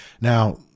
Now